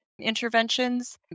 interventions